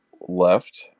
left